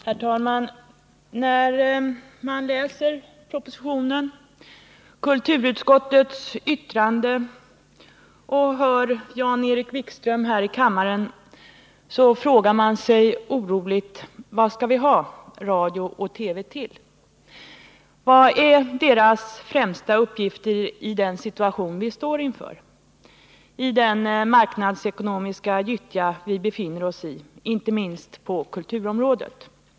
Herr talman! När man läser propositionen och kulturutskottets betänkan Torsdagen den de och när man hör Jan-Erik Wikström här i kammaren frågar man sig 13 mars 1980 oroligt: Vad skall vi ha radio och TV till? Vilka är deras främsta uppgifter i den situation vi står inför — i den marknadsekonomiska gyttja vi befinner oss Medelsanvisningen i, inte minst på kulturområdet?